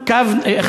29/1,